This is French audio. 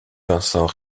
vincent